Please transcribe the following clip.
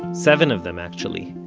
seven of them, actually.